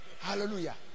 hallelujah